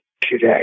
today